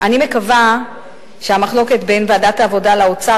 אבל אם חבר הכנסת שטרית אמר שאני אופיע בוועדת המדע,